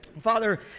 Father